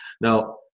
Now